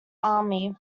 army